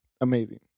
amazing